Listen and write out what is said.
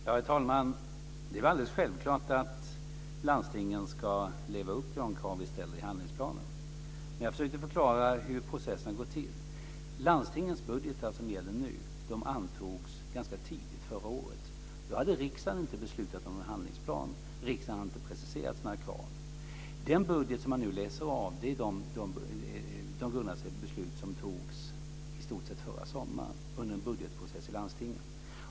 Herr talman! Det är alldeles självklart att landstingen ska leva upp till de krav som vi ställer i handlingsplanen. Jag försökte förklara hur processen går till. Landstingen budget, alltså medlen nu, antogs ganska tidigt förra året. Då hade riksdagen inte beslutat om en handlingsplan. Riksdagen hade inte preciserat sina krav. Den budget som man nu läser av grundar sig i stort sett på beslut som fattades förra sommaren under en budgetprocess i landstingen.